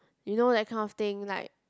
you know that kind of thing like